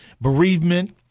bereavement